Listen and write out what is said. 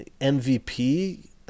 MVP